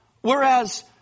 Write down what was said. Whereas